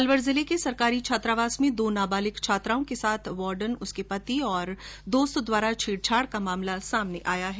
अलवर जिले के सरकारी छात्रावास में दो नाबालिग छात्राओं के साथ वार्डन उसके पति और दोस्त द्वारा छेड़छाड़ का मामला सामने आया है